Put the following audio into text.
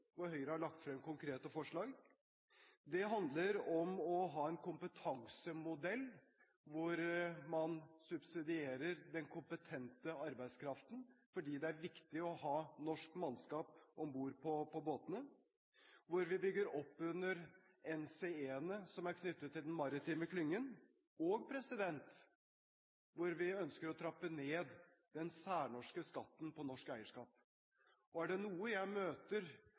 hvor Høyre har lagt frem konkrete forslag. Det handler om å ha en kompetansemodell hvor man subsidierer den kompetente arbeidskraften, fordi det er viktig å ha norsk mannskap om bord på båtene, hvor vi bygger opp under NCE-ene som er knyttet til den maritime klyngen, og hvor vi ønsker å trappe ned den særnorske skatten på norsk eierskap. Er det noe jeg møter